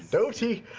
doty,